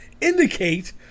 indicate